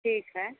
ठीक है